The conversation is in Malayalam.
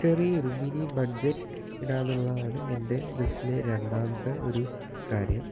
ചെറിയ ഒരു മിനി ബഡ്ജറ്റ് ഇടാമെന്നുള്ളതാണ് എന്റെ ലിസ്റ്റിലെ രണ്ടാമത്തെ ഒരു കാര്യം